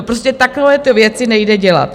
Prostě takovéto věci nejde dělat.